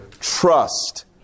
trust